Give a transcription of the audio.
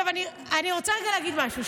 אני רוצה רגע להגיד משהו.